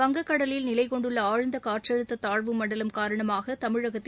வங்கக்கடலில் நிலை கொண்டுள்ள ஆழ்ந்த காற்றழுத்த தாழ்வு மண்டலம் காரணமாக தமிழகத்தில்